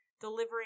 delivering